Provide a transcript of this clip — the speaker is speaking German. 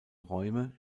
räume